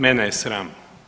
Mene je sram.